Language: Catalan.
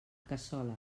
cassola